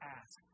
ask